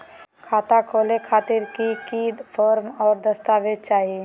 खाता खोले खातिर की की फॉर्म और दस्तावेज चाही?